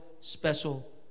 special